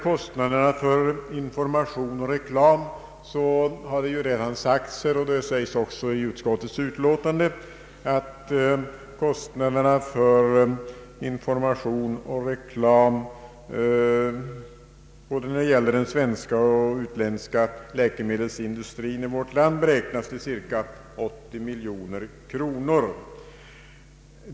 Kostnaderna för information och reklam när det gäller både den svenska och den utländska läkemedelsindustrin beräknas i år uppgå till 80 miljoner kronor, vilket tidigare har nämnts här och vilket också framhålles i utskottets utlåtande.